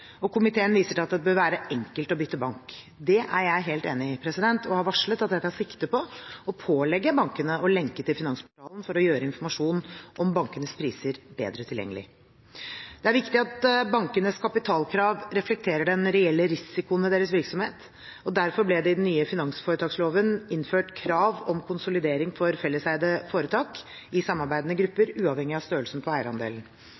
og komiteen viser til at det bør være enkelt å bytte bank. Det er jeg helt enig i, og jeg har varslet at jeg tar sikte på å pålegge bankene å lenke til Finansportalen for å gjøre informasjon om bankenes priser bedre tilgjengelig. Det er viktig at bankenes kapitalkrav reflekterer den reelle risikoen ved deres virksomhet, og derfor ble det i den nye finansforetaksloven innført krav om konsolidering for felleseide foretak i samarbeidende grupper, uavhengig av størrelsen på eierandelen.